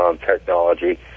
technology